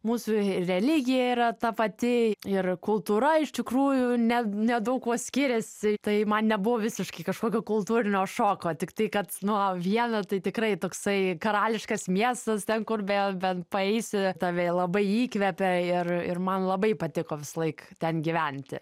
mūsų ir religija yra ta pati ir kultūra iš tikrųjų ne nedaug kuo skiriasi tai man nebuvo visiškai kažkokio kultūrinio šoko tiktai kad nu o viena tai tikrai toksai karališkas miestas ten kur be bepaeisi tave labai įkvepia ir ir man labai patiko visąlaik ten gyventi